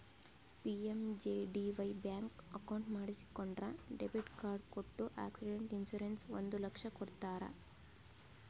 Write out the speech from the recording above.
PMJDY bank account ಮಾಡಿಸಿಕೊಂಡ್ರ debit card ಕೊಟ್ಟು accident insurance ಒಂದ್ ಲಕ್ಷ ಕೊಡ್ತಾರ್